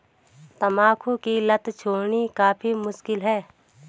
तंबाकू की लत छोड़नी काफी मुश्किल है